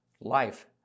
life